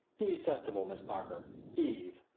be sensible, miss parker eve!